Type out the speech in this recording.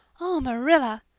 oh, marilla,